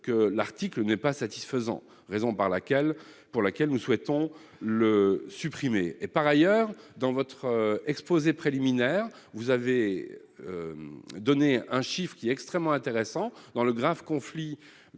que l'article n'est pas satisfaisant. C'est bien pour cela que nous souhaitons le supprimer ! Par ailleurs, dans votre exposé liminaire, vous avez livré un chiffre, qui est extrêmement intéressant, dans le grave conflit